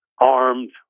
armed